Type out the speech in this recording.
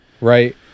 Right